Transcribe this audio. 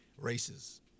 races